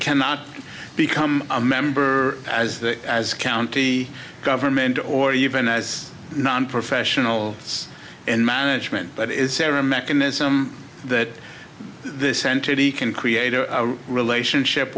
cannot become a member as that as county government or even as nonprofessional in management but is there a mechanism that this entity can create a relationship